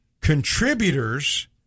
Contributors